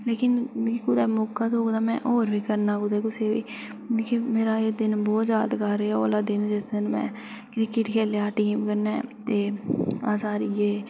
मिगी मिगी कुदै मौका थ्हौग ते में होर बी करना कदे कुसै बी मिगी मेरा एह् दिन बहुत जादै यादगार रेहा ओह् आह्ला दिन जिस दिन में क्रिकेट खेढेआ हा टी टवेंटी टीम कन्नै ते अस हारी गे